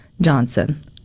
Johnson